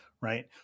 Right